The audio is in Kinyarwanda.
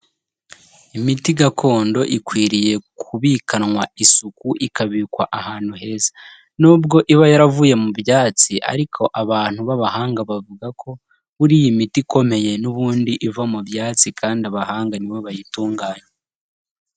Imiti gakondo ikwiriye kubikanwa isuku, ikabikwa ahantu heza, nubwo iba yaravuye mu byatsi ariko abantu b'abahanga bavuga ko buriya imiti ikomeye n'ubundi iva mu byatsi kandi abahanga ni bo bayitunganya.